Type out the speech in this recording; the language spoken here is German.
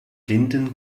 blinden